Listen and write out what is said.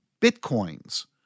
Bitcoins